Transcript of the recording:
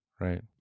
Right